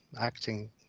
acting